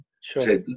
sure